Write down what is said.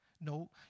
No